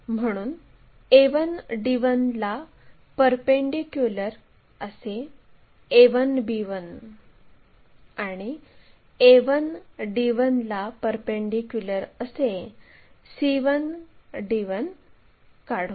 म्हणून a1 d1 ला perpendicular असे a1 b1 आणि a1 d1 ला परपेंडीक्युलर असे c1 d1 काढू